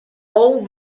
all